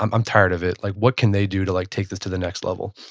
i'm i'm tired of it. like what can they do to like take this to the next level?